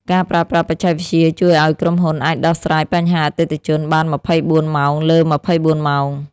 ការប្រើប្រាស់បច្ចេកវិទ្យាជួយឱ្យក្រុមហ៊ុនអាចដោះស្រាយបញ្ហាអតិថិជនបាន ២៤ ម៉ោងលើ ២៤ ម៉ោង។